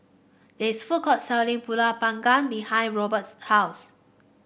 there is food court selling pulut panggang behind Robt's house